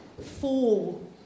fall